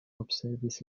observis